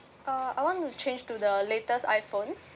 uh I want to change to the latest iphone